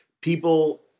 people